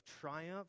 triumph